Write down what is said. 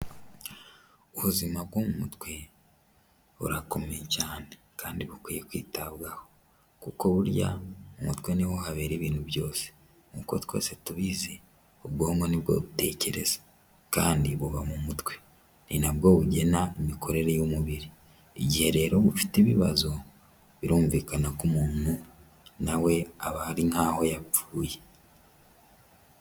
Ubuzima bwo mu mutwe, burakomeye cyane kandi bukwiye kwitabwaho kuko burya mu mutwe ni ho habera ibintu byose. Nk'uko twese tubizi, ubwonko ni bwo butekereza kandi buba mu mutwe. Ni na bwo bugena imikorere y'umubiri. Igihe rero bufite ibibazo, birumvikana ko muntu na we aba ari nk'aho yapfuye.